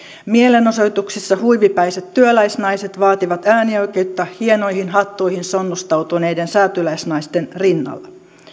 mielenosoituksissa huivipäiset työläisnaiset vaativat äänioi keutta hienoihin hattuihin sonnustautuneiden säätyläisnaisten rinnalla